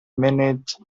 minute